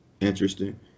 interesting